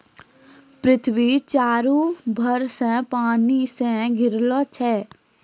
पृथ्वी चारु भर से पानी से घिरलो छै